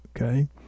okay